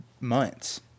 months